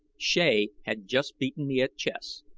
shea had just beaten me at chess,